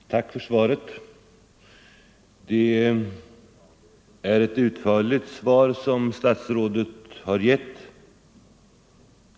Herr talman! Tack för svaret! Det är ett utförligt svar som statsrådet har gett.